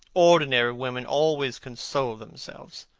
ordinary women always console themselves.